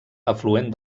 afluent